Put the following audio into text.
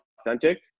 authentic